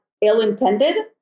ill-intended